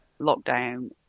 lockdown